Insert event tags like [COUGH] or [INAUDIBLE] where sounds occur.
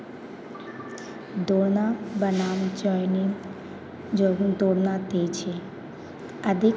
दौड़ना बनाम [UNINTELLIGIBLE] जब हम दौड़ना तेज़ है अधिक